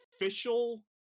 official